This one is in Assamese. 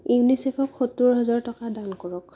ইউনিচেফক সত্তৰ হাজাৰ টকা দান কৰক